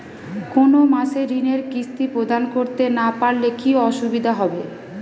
কোনো মাসে ঋণের কিস্তি প্রদান করতে না পারলে কি অসুবিধা হবে?